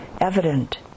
evident